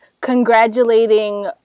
congratulating